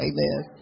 Amen